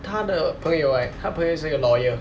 他的朋友唉他朋友是个 lawyer